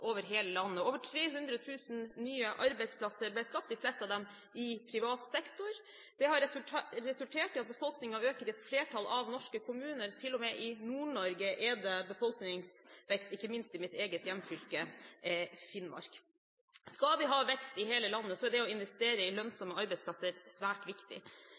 over hele landet. Over 300 000 nye arbeidsplasser ble skapt, de fleste av dem i privat sektor. Det har resultert i at befolkningen øker i et flertall av norske kommuner, til og med i Nord-Norge er det befolkningsvekst, ikke minst i mitt eget hjemfylke, Finnmark. Skal vi ha vekst i hele landet, er det å investere i lønnsomme arbeidsplasser svært viktig.